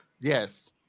Yes